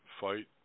fight